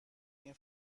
این